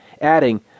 adding